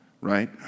right